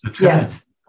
Yes